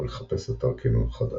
או לחפש אתר קינון חדש.